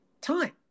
time